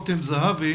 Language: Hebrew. לנחמה לאור דרורי,